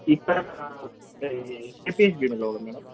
ఇపీచ్ బి మలో మేడం